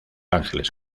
ángeles